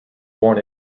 born